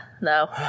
no